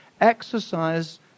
exercise